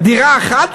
דירה אחת?